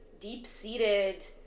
deep-seated